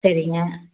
சரிங்க